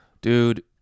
dude